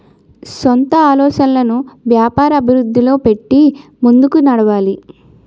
సొంత ఆలోచనలను వ్యాపార అభివృద్ధిలో పెట్టి ముందుకు నడవాలి